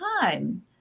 time